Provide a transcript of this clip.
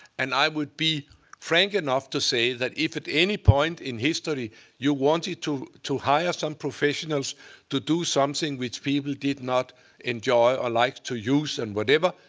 and i would be frank enough to say that if at any point in history you wanted to to hire some professionals to do something which people did not enjoy or like to use and whatever,